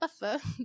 buffer